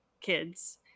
kids